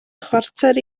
chwarter